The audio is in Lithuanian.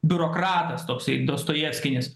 biurokratas toksai dostojevskinis